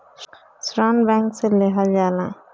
ऋण बैंक से लेहल जाला